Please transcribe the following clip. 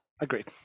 agreed